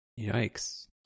Yikes